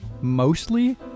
mostly